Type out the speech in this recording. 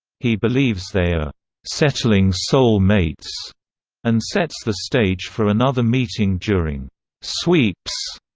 he believes they are settling soul mates and sets the stage for another meeting during sweeps,